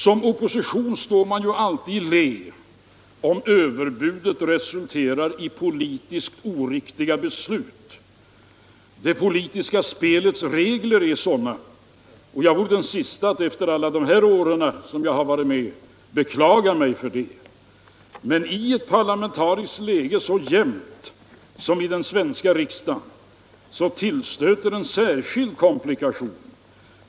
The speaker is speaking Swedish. Som opposition står man ju alltid i lä om överbud resulterar i politiskt oriktiga beslut. Det politiska spelets regler är sådana, och jag vore den siste att efter alla dessa år som jag har varit med beklaga mig över detta. Men i ett politiskt läge, så jämnt som i den svenska riksdagen, tillstöter en särskild komplikation.